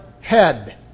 head